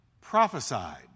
prophesied